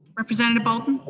representative bolden?